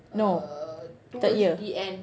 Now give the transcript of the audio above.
no third year